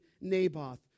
Naboth